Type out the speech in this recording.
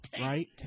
Right